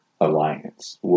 alliance